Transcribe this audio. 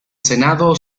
senado